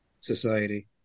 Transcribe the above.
society